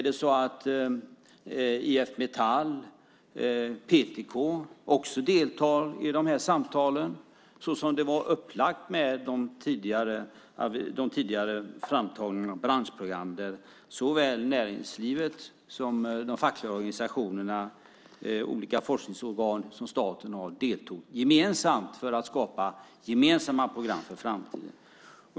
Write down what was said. Deltar IF Metall och PTK också i samtalen som det var upplagt med den tidigare framtagningen av branschprogram? Då deltog såväl näringslivet och de fackliga organisationerna som olika forskningsorgan som staten har gemensamt för att skapa gemensamma program för framtiden.